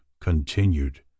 continued